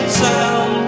sound